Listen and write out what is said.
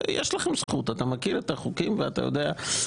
יש לכם זכות, אתה מכיר את החוקים ואת התקנון.